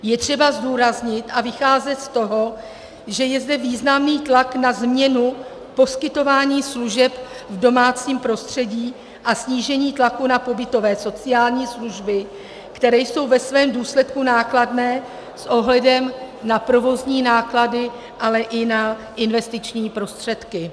Je třeba zdůraznit a vycházet z toho, že je zde významný tlak na změnu poskytování služeb v domácím prostředí a snížení tlaku na pobytové sociální služby, které jsou ve svém důsledku nákladné s ohledem na provozní náklady, ale i na investiční prostředky.